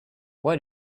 what